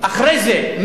אחרי זה,